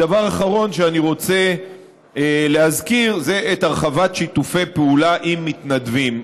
דבר אחרון שאני רוצה להזכיר זה את הרחבת שיתופי הפעולה עם מתנדבים.